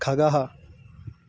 खगः